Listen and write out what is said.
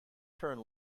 turn